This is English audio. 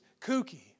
kooky